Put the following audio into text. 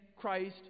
Christ